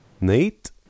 Nate